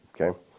Okay